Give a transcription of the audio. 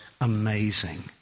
amazing